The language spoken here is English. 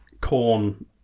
corn